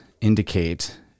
indicate